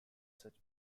such